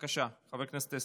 חוק ומשפט.